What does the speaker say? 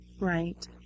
Right